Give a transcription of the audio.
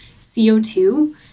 CO2